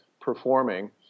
performing